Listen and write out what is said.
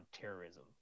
terrorism